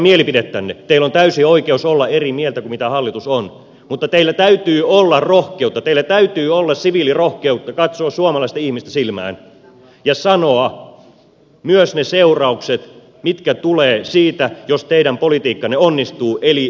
teillä on täysi oikeus olla eri mieltä kuin hallitus on mutta teillä täytyy olla rohkeutta teillä täytyy olla siviilirohkeutta katsoa suomalaista ihmistä silmään ja sanoa myös ne seuraukset mitkä tulevat siitä jos teidän politiikkanne onnistuu eli euro kaatuu